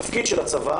התפקיד של הצבא